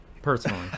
personally